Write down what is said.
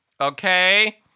Okay